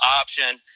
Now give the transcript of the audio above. option